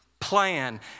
Plan